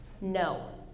No